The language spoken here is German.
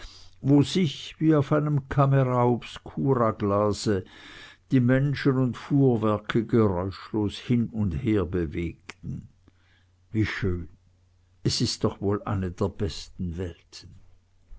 wo sich wie auf einem camera obscura glase die menschen und fuhrwerke geräuschlos hin und her bewegten wie schön es ist doch wohl eine der besten welten